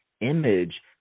image